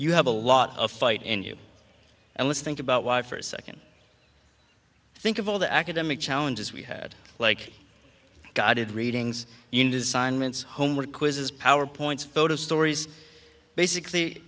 you have a lot of fight in you and let's think about why for a second think of all the academic challenges we had like guided readings in design minutes homework quizzes power points photos stories basically